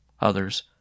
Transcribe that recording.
Others